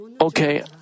Okay